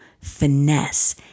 finesse